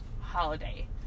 holiday